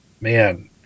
Man